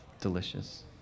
delicious